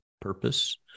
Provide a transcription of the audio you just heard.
purpose